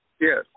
Yes